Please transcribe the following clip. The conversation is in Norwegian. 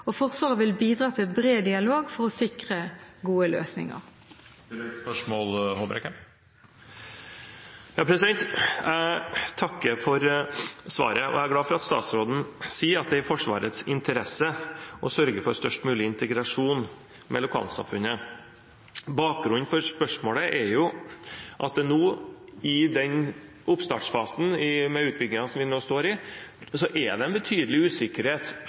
Forsvaret vil bidra til bred dialog for å sikre gode løsninger. Jeg takker for svaret. Jeg er glad for at statsråden sier at det er i Forsvarets interesse å sørge for størst mulig integrasjon i lokalsamfunnet. Bakgrunnen for spørsmålet er at det nå i oppstartfasen av utbyggingen som vi nå står i, er en betydelig usikkerhet